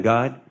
God